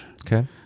Okay